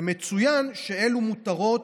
ומצוין שאלו מותרות,